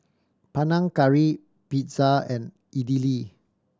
Panang Curry Pizza and Idili